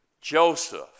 Joseph